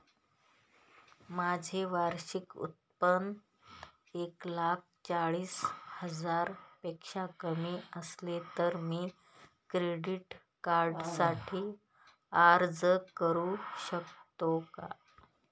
माझे वार्षिक उत्त्पन्न एक लाख चाळीस हजार पेक्षा कमी असेल तर मी क्रेडिट कार्डसाठी अर्ज करु शकतो का?